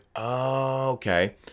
okay